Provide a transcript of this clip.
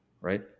right